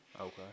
Okay